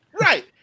Right